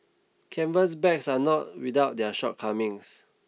canvas bags are not without their shortcomings